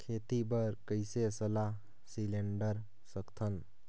खेती बर कइसे सलाह सिलेंडर सकथन?